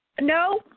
No